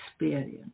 experience